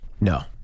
No